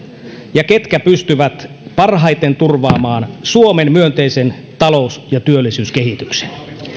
ja ketkä pystyvät parhaiten turvaamaan suomen myönteisen talous ja työllisyyskehityksen